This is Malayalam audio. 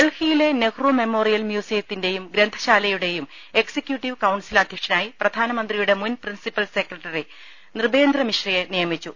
ഡൽഹിയിലെ നെഹ്റു മെമ്മോറിയൽ മ്യൂസിയത്തി ന്റേയും ഗ്രന്ഥശാലയുടേയും എക്സിക്യുട്ടീവ് കൌൺസിൽ അധ്യക്ഷനായി പ്രധാനമന്ത്രിയുടെ മുൻ പ്രിൻസിപ്പൽ സെക്രട്ടറി നൃപ്പേന്ദ്ര മിശ്രയെ നിയമിച്ചു